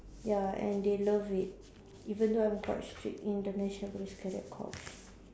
ya and they loved it even though I'm quite strict in the national police cadet corps